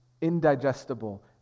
indigestible